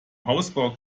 hausbau